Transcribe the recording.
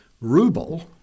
Ruble